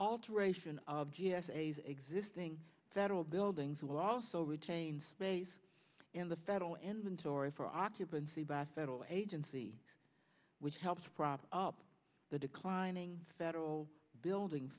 alteration of g s a existing federal buildings will also retain space in the federal inventory for occupancy by federal agency which helps to prop up the declining federal building